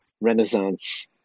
Renaissance